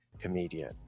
comedian